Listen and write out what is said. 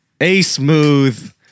A-smooth